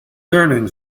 earnings